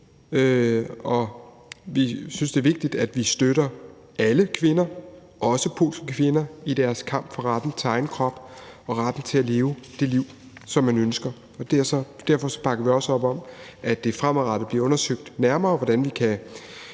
Vi synes, det er vigtigt, at man støtter alle kvinder, også polske kvinder, i deres kamp for retten til egen krop og retten til at leve det liv, som man ønsker. Derfor bakker vi også op om, at det fremadrettet bliver undersøgt nærmere, hvordan vi kan